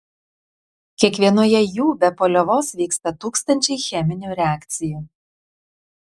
kiekvienoje jų be paliovos vyksta tūkstančiai cheminių reakcijų